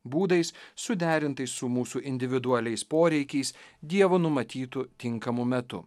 būdais suderintais su mūsų individualiais poreikiais dievo numatytu tinkamu metu